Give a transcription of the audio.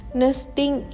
nesting